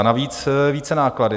Navíc vícenáklady.